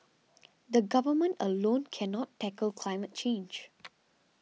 the Government alone cannot tackle climate change